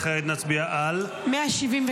וכעת נצביע על --- 179.